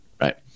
right